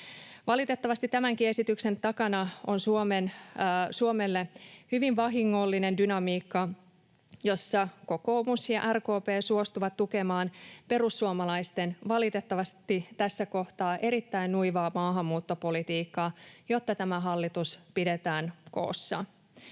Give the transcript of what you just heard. Valitettavasti tämänkin esityksen takana on Suomelle hyvin vahingollinen dynamiikka, jossa kokoomus ja RKP suostuvat tukemaan perussuomalaisten valitettavasti tässä kohtaa erittäin nuivaa maahanmuuttopolitiikkaa, jotta tämä hallitus pidetään koossa.